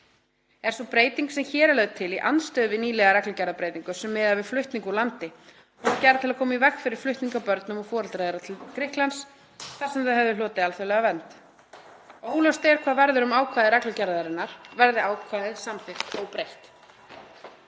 Er sú breyting sem hér er lögð til í andstöðu við nýlega reglugerðarbreytingu sem miðar við flutning úr landi og var gerð til að koma í veg fyrir flutning á börnum og foreldrum þeirra til Grikklands þar sem þau höfðu hlotið alþjóðlega vernd. Óljóst er hvað verður um ákvæði reglugerðarinnar verði ákvæðið samþykkt óbreytt.“